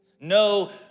no